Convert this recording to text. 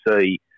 see